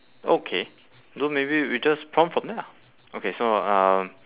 okay so maybe we just prompt from there lah okay so uh